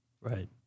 Right